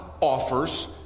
offers